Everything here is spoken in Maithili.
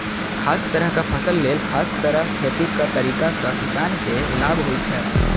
खास तरहक फसल लेल खास तरह खेतीक तरीका सं किसान के लाभ होइ छै